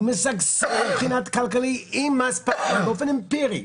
היא משגשגת מבחינה כלכלית באופן אמפירי.